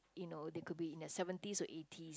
you know they could be in their seventies or eighties